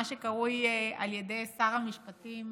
מה שקרוי על ידי שר המשפטים